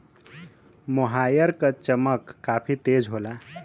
मोहायर क चमक काफी तेज होला